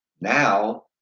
Now